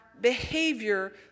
behavior